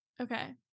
okay